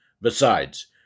Besides